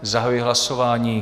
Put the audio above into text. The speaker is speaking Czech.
Zahajuji hlasování.